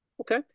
Okay